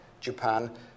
Japan